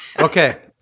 Okay